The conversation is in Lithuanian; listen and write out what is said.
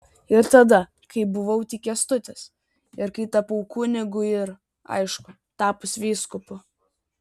ir tada kai buvau tik kęstutis ir kai tapau kunigu ir aišku tapus vyskupu